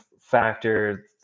factor